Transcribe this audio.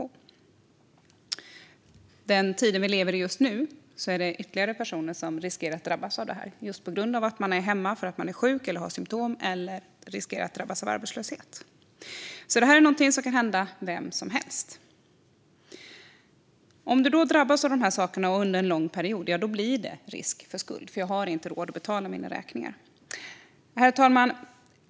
I den tid vi lever just nu riskerar ytterligare personer att drabbas av detta på grund av att de är hemma sjuka eller med symtom eller på grund av arbetslöshet. Det här är alltså någonting som kan hända vem som helst. Om det pågår under en lång period blir det risk för skuld eftersom man inte har råd att betala sina räkningar. Herr talman!